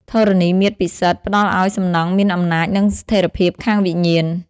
ធរណីមាត្រពិសិដ្ឋ ផ្តល់ឱ្យសំណង់មានអំណាចនិងស្ថិរភាពខាងវិញ្ញាណ។